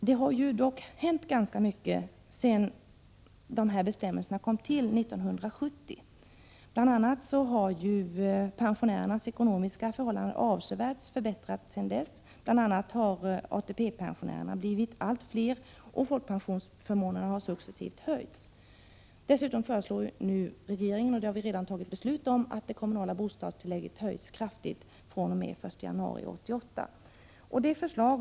Det har dock hänt ganska mycket sedan 1970. Bl.a. har pensionärernas ekonomiska förhållanden avsevärt förbättrats. ATP-pensionärerna har också blivit allt fler, och folkpensionsförmånerna har successivt höjts. Dessutom har vi nyligen på regeringens förslag fattat beslut om att det kommunala bostadstillägget skall höjas kraftigt den 1 januari 1988.